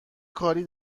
کاری